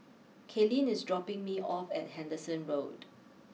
Kaylene is dropping me off at Henderson Road